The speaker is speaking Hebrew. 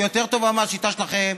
היא יותר טובה מהשיטה שלכם,